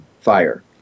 fire